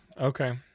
Okay